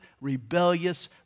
rebellious